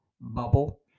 bubble